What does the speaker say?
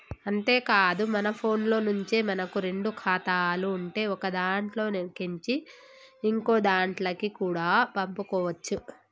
అంతేకాదు మన ఫోన్లో నుంచే మనకు రెండు ఖాతాలు ఉంటే ఒకదాంట్లో కేంచి ఇంకోదాంట్లకి కూడా పంపుకోవచ్చు